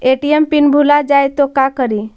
ATM PIN भुला जाए तो का करी?